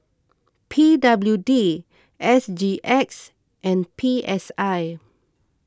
P W D S G X and P S I